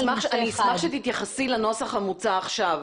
אני אשמח שתתייחסי לנוסח המוצע עכשיו.